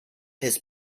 his